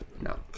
No